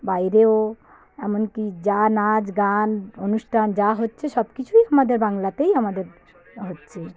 বাইরেও এমনকি যা নাচ গান অনুষ্ঠান যা হচ্ছে সব কিছুই আমাদের বাংলাতেই আমাদের হচ্ছে